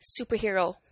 superhero